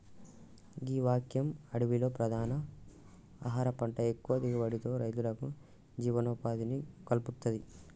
గీ వ్యవసాయం అడవిలో ప్రధాన ఆహార పంట ఎక్కువ దిగుబడితో రైతులకు జీవనోపాధిని కల్పిత్తది